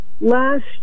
Last